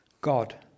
God